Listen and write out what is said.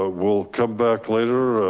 ah we'll come back later,